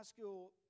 school